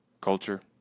culture